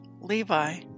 Levi